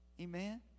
Amen